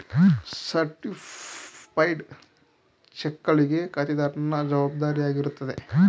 certified ಚೆಕ್ಗಳಿಗೆ ಖಾತೆದಾರನ ಜವಾಬ್ದಾರಿಯಾಗಿರುತ್ತದೆ